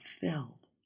filled